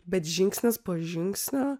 bet žingsnis po žingsnio